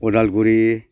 Udalguri